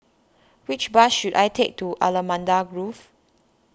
which bus should I take to Allamanda Grove